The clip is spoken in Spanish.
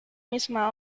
misma